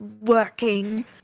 working